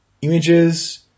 images